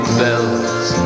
bells